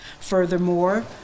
Furthermore